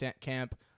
camp